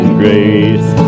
grace